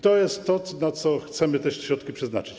To jest to, na co chcemy te środki przeznaczyć.